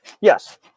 Yes